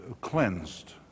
cleansed